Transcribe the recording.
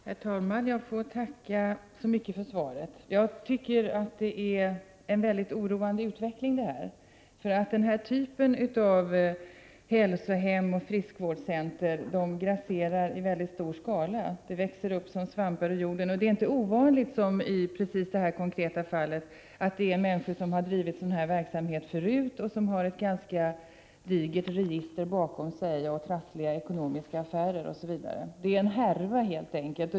Herr talman! Jag får tacka så mycket för svaret. Jag tycker att utvecklingen är oroande. Den här typen av hälsohem och friskvårdscentra grasserar verkligen — de växer upp som svampar ur jorden. Det är inte ovanligt — som i det konkreta fallet — att det handlar om människor som har drivit sådan här verksamhet förut och som har ett ganska digert register med trassliga ekonomiska affärer m.m. bakom sig. Det är helt enkelt en härva.